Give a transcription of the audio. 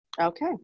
Okay